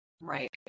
Right